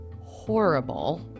horrible